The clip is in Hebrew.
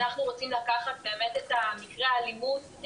אנחנו רוצים לקחת באמת את מקרה האלימות,